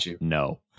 No